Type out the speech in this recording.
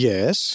Yes